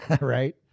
Right